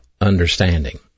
understanding